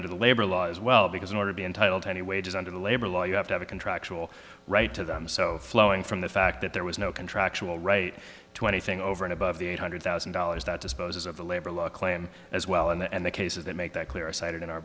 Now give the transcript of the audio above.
under the labor law as well because in order to be entitled to any wages under the labor law you have to have a contractual right to them so flowing from the fact that there was no contractual right to anything over and above the eight hundred thousand dollars that disposes of the labor law a claim as well and the cases that make that clear cited in our